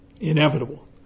inevitable